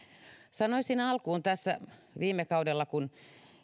sanoisin alkuun tässä että viime kaudella kun